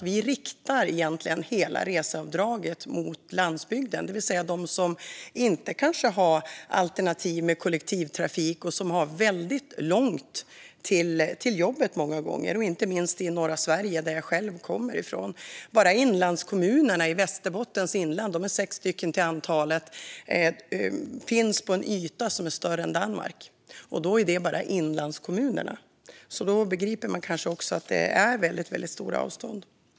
Vi riktar egentligen hela reseavdraget mot landsbygden, det vill säga mot dem som kanske inte har kollektivtrafik som alternativ och som många gånger har väldigt långt till jobbet. Detta gäller inte minst norra Sverige, som jag själv kommer ifrån. Bara i Västerbotten täcker inlandskommunerna, som är sex till antalet, en yta som är större än Danmark - och det är alltså bara inlandskommunerna. Då begriper man kanske att det är väldigt stora avstånd.